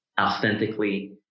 authentically